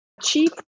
cheap